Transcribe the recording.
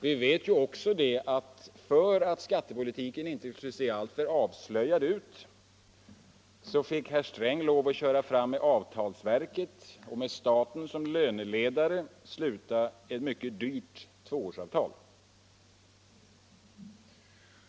Vi vet också att för att skattepolitiken inte skulle se alltför avslöjad ut så fick herr Sträng lov att köra fram med avtalsverket och med staten som löneledare och sluta ett mycket dyrt tvåårsavtal.